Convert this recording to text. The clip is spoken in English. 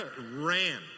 ran